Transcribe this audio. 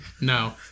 No